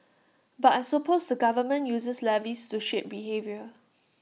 but I suppose the government uses levies to shape behaviour